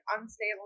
unstable